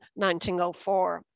1904